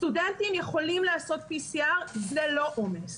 סטודנטים יכולים לעשות PCR, זה לא עומס,